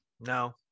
No